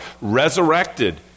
resurrected